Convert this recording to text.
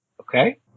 Okay